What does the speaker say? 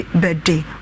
birthday